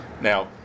Now